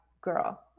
girl